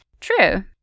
True